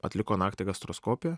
atliko naktį gastroskopiją